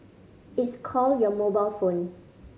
it's called your mobile phone